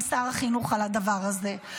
עם שר החינוך על הדבר הזה.